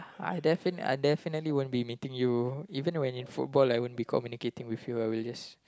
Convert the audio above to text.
I definite~ I definitely won't be meeting you even when in football I won't be communicating with you I will just